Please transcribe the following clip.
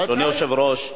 אדוני היושב-ראש,